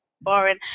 boring